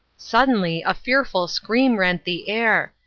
suddenly a fearful scream rent the air,